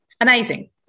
Amazing